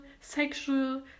sexual